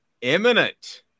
Imminent